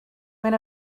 when